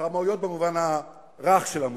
רמאויות במובן הרך של המושג.